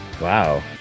Wow